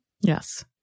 Yes